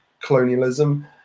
colonialism